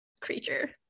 creature